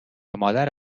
مادر